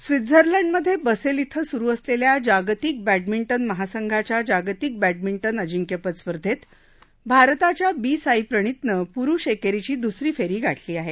स्वित्झर्लंडमध्ये बसेल इथं सुरू असलेल्या जागतिक बड्डमिंटन महासंघाच्या जागतिक बड्डमिंटन अजिंक्यपद स्पर्धेत भारताच्या बी साई प्रणितनं पुरुष एकेरीची दुसरी फेरी गाठली आहे